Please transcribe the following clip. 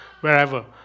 wherever